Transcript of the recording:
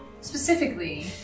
Specifically